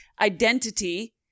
identity